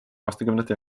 aastakümnete